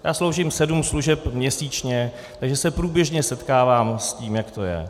Já sloužím sedm služeb měsíčně, takže se průběžně setkávám s tím, jak to je.